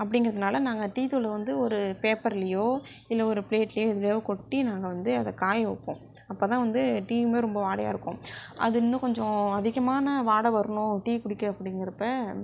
அப்படிங்குறதுனால நாங்கள் டீ தூள் வந்து ஒரு பேப்பர்லேயோ இல்லை ஒரு பிளேட்லேயோ எதுலேயோ கொட்டி நாங்கள் வந்து அதை காய வைப்போம் அப்போதான் வந்து டீயுமே ரொம்ப வாடையா இருக்கும் அது இன்னும் கொஞ்சம் அதிகமான வாடை வரணும் டீ குடிக்க அப்படிங்குறப்ப